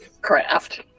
craft